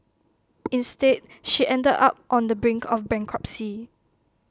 instead she ended up on the brink of bankruptcy